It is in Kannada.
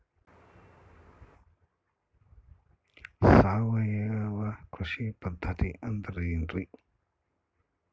ಸಾವಯವ ಕೃಷಿ ಪದ್ಧತಿ ಅಂದ್ರೆ ಏನ್ರಿ?